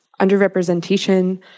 underrepresentation